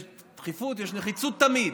יש דחיפות, יש נחיצות תמיד.